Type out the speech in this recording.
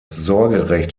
sorgerecht